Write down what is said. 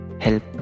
help